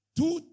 two